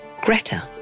Greta